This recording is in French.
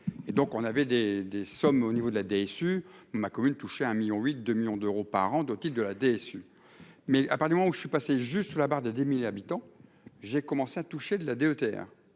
et donc on avait des des sommes au niveau de la DSU ma commune toucher un million huit 2 millions d'euros par an d'otite de la déçu mais à part du moment où je suis passé juste sous la barre des 10000 habitants, j'ai commencé à toucher de la DETR